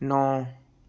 ਨੌ